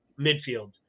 midfield